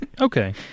Okay